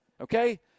okay